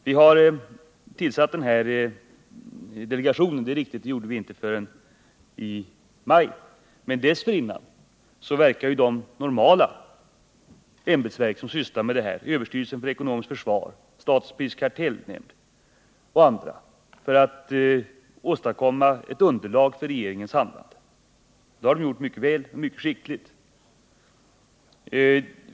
Det är riktigt att vi inte tillsatte delegationen förrän i maj, men dessförinnan verkade ju de ämbetsverk som normalt sysslar med dessa frågor, överstyrelsen för ekonomiskt försvar, statens prisoch kartellnämnd och andra, för att åstadkomma ett underlag för regeringens handlande. Det har de gjort mycket skickligt.